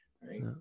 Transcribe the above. right